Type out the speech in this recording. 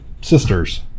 sister's